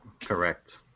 Correct